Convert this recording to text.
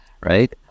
right